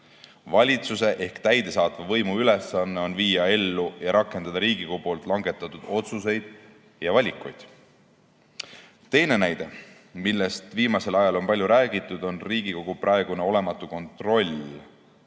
Valitsuse ehk täidesaatva võimu ülesanne on viia ellu ja rakendada Riigikogu langetatud otsuseid ja valikuid. Teine näide, millest viimasel ajal palju on räägitud, on Riigikogu praegune olematu kontroll